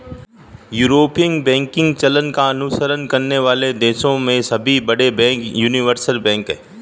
European banking चलन का अनुसरण करने वाले देशों में सभी बड़े बैंक यूनिवर्सल बैंक हैं